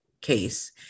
case